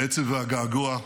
העצב והגעגוע,